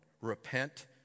Repent